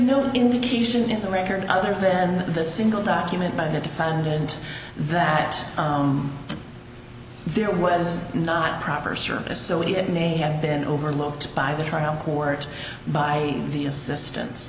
no indication in the record other than the single document by the defendant that there was not proper service so it may have been overlooked by the trial court by the assistance